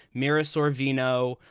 mira sorvino,